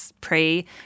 pray